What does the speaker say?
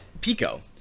Pico